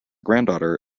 granddaughter